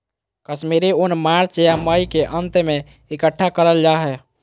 कश्मीरी ऊन मार्च या मई के अंत में इकट्ठा करल जा हय